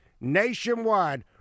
nationwide